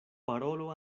parolo